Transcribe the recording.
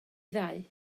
ddau